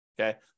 okay